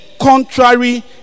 contrary